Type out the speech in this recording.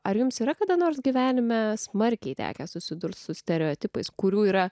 ar jums yra kada nors gyvenime smarkiai tekę susidurti su stereotipais kurių yra